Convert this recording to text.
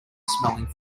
smelling